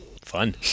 Fun